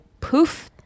poof